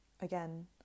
again